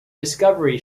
discovery